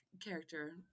character